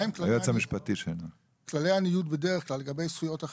מה הם כללי הניוד בדרך כלל לגבי זכויות אחרות?